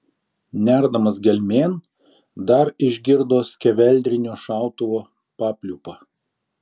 nerdamas gelmėn dar išgirdo skeveldrinio šautuvo papliūpą